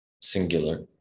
singular